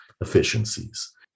efficiencies